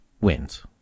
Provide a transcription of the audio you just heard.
wins